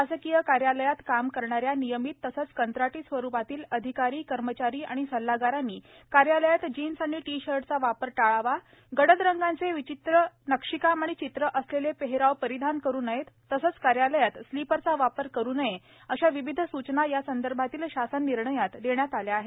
शासकीय कार्यालयात काम करणाऱ्या नियमित तसंच कंत्राटी स्वरूपातील धिकारी कर्मचारी आणि सल्लागारांनी कार्यालयात जीन्स आणि टी शर्टचा वापर टाळावा गडद रंगांचे चित्रविचित्र नक्षीकाम आणि चित्र सलेले पेहराव परिधान करू नयेत तसेच कार्यालयात स्लीपरचा वापर करू नये शा विविध सूचना यासंदर्भातील शासन निर्णयात करण्यात आल्या आहेत